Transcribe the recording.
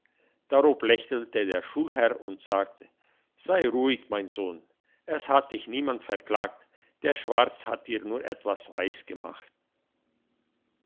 darob lächelte der schulherr und sagte sei ruhig mein sohn es hat dich niemand verklagt der schwarz hat dir nur etwas